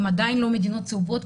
הן עדיין לא מדינות צהובות,